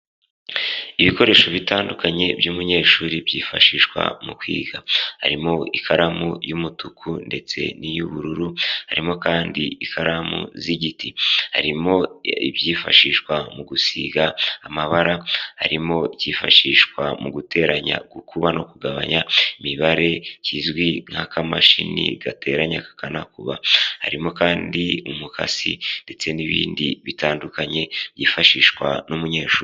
Ibikoresho bitandukanye by'umunyeshuri byifashishwa mu kwiga harimo ikaramu y'umutuku ndetse n'iy'ubururu, harimo kandi ikaramu z'igiti, harimo ibyifashishwa mu gusiga amabara, harimo ibyifashishwa mu guteganyaranya, gukuba no kugabanya imibare kizwi nk'akamashini gateranya kakanakuba, harimo kandi umukasi ndetse n'ibindi bitandukanye byifashishwa n'umunyeshuri.